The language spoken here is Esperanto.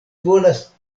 volas